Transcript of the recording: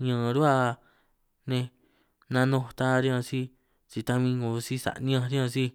ñaan ruhua nej nanunj ta riñan sij, si ta min 'ngo si sa' ni'ñanj riñan sij.